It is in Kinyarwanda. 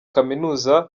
kaminuza